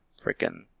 freaking